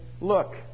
look